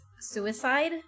suicide